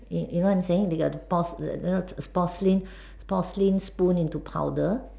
ya you know what I'm saying they got the you know porcelain porcelain spoon into powder